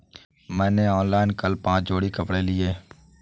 मैंने ऑनलाइन कल पांच जोड़ी कपड़े लिए